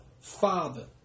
father